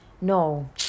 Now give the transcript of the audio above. no